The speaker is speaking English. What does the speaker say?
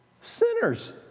Sinners